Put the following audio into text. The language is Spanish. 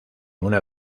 una